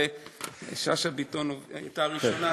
ושאשא ביטון הייתה הראשונה,